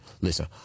listen